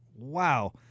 Wow